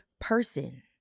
person